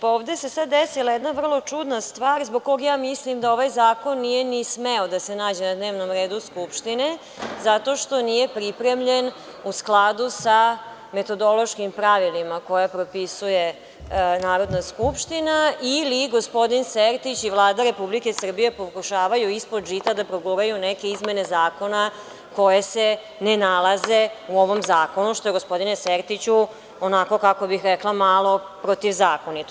Ovde se sada desila jedna vrlo čudna stvar zbog koje mislim da ovaj zakon nije ni smeo da se nađe na dnevnom redu Skupštine zato što nije pripremljen u skladu sa metodološkim pravilima koje propisuje Narodna skupština ili gospodin Sertić i Vlada RS pokušavaju ispod žita da proguraju neke izmene zakona koje se ne nalaze u ovom zakonu, što je gospodine Sertiću onako, kako bih rekla, malo protivzakonito.